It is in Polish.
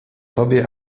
tobie